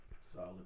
solid